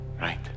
Right